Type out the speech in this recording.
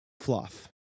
fluff